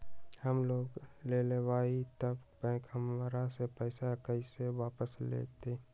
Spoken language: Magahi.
हम लोन लेलेबाई तब बैंक हमरा से पैसा कइसे वापिस लेतई?